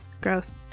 Gross